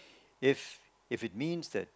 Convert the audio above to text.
if if it means that